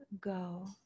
go